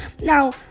Now